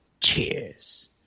Cheers